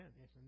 Yes